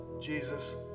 Jesus